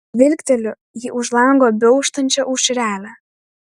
žvilgteliu į už lango beauštančią aušrelę